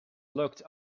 looked